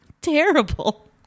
Terrible